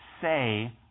say